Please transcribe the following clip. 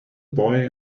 boy